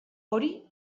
hori